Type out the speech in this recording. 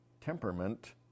temperament